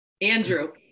Andrew